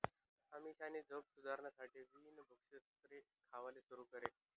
अमीषानी झोप सुधारासाठे बिन भुक्षत्र खावाले सुरू कर